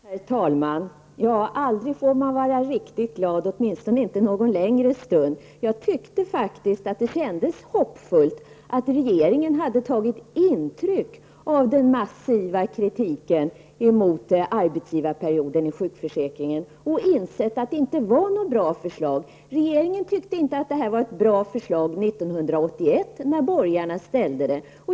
Herr talman! Aldrig får man vara riktigt glad, åtminstone inte någon längre stund. Jag tyckte att det kändes hoppfullt att regeringen tagit intryck av den massiva kritiken mot arbetsgivarperioden i sjukförsäkringen och insett att det inte var något bra förslag. Regeringen ansåg inte att detta var ett bra förslag år 1981 när de borgerliga framställde det.